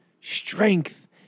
strength